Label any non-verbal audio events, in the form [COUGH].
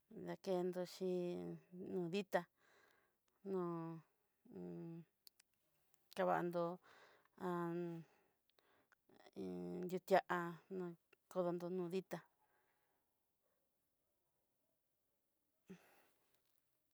Nakendochí nó ditá nó [HESITATION] bandó [HESITATION] in dutía'a kodonró nó ditá.